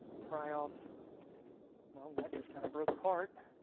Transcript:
pry off well, that just kind of broke apart.